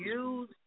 use